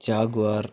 jaguar